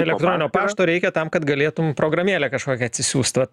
elektroninio pašto reikia tam kad galėtum programėlę kažkokią atsisiųsti